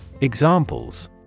Examples